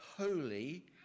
Holy